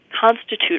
constitute